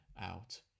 out